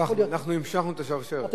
לפחות אנחנו המשכנו את השרשרת.